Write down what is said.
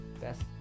Best